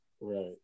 Right